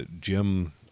Jim